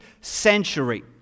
century